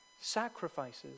sacrifices